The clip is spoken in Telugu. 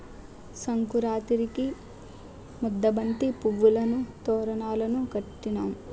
సంకురాతిరికి ముద్దబంతి పువ్వులును తోరణాలును కట్టినాం